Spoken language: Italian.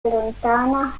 allontana